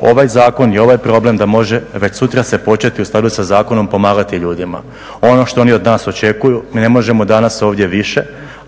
ovaj zakon i ovaj problem da može već sutra se početi u skladu sa zakonom pomagati ljudima. Ono što oni od nas očekuju, mi ne možemo danas ovdje više,